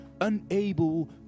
unable